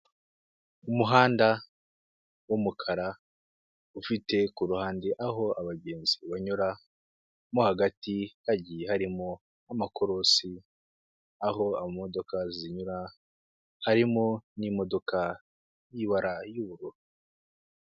Umuhanda w'umukara, ufite ku ruhande aho abagenzi banyura, mo hagati hagiye harimo amakorosi aho imodoka zinyura, harimo n'imodoka y'ibara y'ubururu.